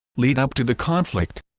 lead-up to the conflict